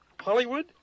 Hollywood